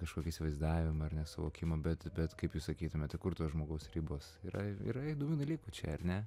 kažkokį įsivaizdavimą ar ne suvokimą bet bet kaip jūs sakytumėte kur tos žmogaus ribos yra yra įdomių dalykų čia ar ne